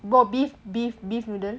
oh beef beef beef noodle